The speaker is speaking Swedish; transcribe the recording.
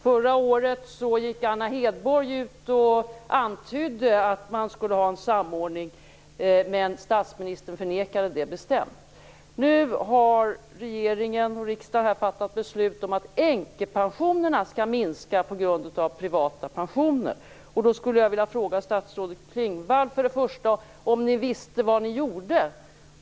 Förra året gick Anna Hedborg ut och antydde att det skulle bli en samordning, men statsministern förnekade det bestämt. Nu har regering och riksdag fattat beslut om att änkepensionerna skall minskas på grund av privata pensioner. Då vill jag för det första fråga statsrådet Klingvall: Visste ni vad ni gjorde?